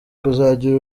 kuzagira